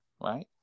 right